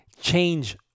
change